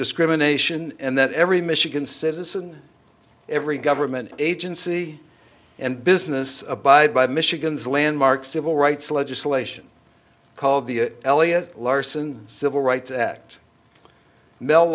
discrimination and that every michigan citizen every government agency and business abide by michigan's landmark civil rights legislation called the elliot larson civil rights act mel